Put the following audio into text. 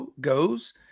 goes